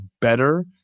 better